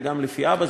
אלא גם לפי האבא.